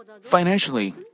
financially